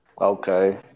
Okay